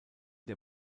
der